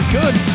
good